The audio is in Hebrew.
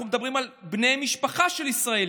אנחנו מדברים על בני משפחה של ישראלים,